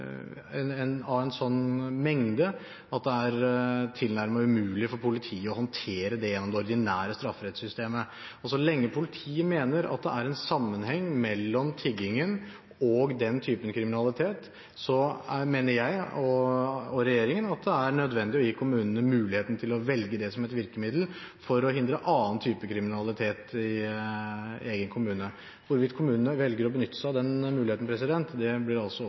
oslogatene. Det er en sånn mengde at det er tilnærmet umulig for politiet å håndtere det gjennom det ordinære strafferettssystemet. Så lenge politiet mener at det er en sammenheng mellom tigging og den typen kriminalitet, mener jeg og regjeringen at det er nødvendig å gi kommunene muligheten til å velge det som et virkemiddel for å hindre annen type kriminalitet i egen kommune. Hvorvidt kommunene velger å benytte seg av den muligheten, blir det altså